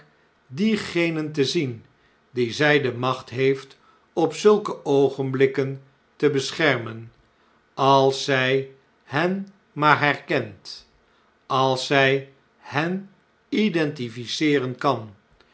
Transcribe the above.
diegenen te zien die zjj de macht heeft op zulke oogenblikken te beschermen als zij hen maar herkent als zjj hen identifieeren kan